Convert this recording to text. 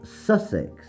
Sussex